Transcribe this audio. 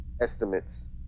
estimates